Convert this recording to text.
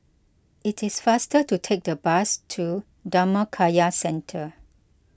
it is faster to take the bus to Dhammakaya Centre